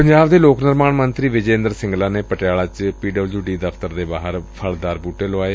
ਪੰਜਾਬ ਦੇ ਲੋਕ ਨਿਰਮਾਣ ਮੰਤਰੀ ਵਿਜੇ ਇੰਦਰ ਸਿੰਗਲਾ ਨੇ ਪਟਿਆਲਾ ਚ ਪੀ ਡਬਲਿਓ ਡੀ ਦਫ਼ਤਰ ਦੇ ਬਾਹਰ ਫਲਦਾਰ ਬੁਟੇ ਲੁਆਏ